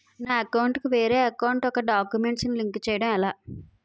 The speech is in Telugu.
నా అకౌంట్ కు వేరే అకౌంట్ ఒక గడాక్యుమెంట్స్ ను లింక్ చేయడం ఎలా?